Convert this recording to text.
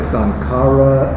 Sankara